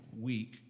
week